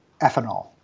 ethanol